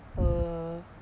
uh